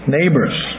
Neighbors